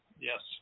Yes